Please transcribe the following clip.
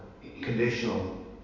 conditional